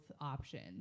options